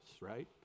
right